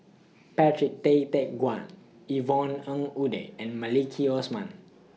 Patrick Tay Teck Guan Yvonne Ng Uhde and Maliki Osman